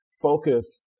focus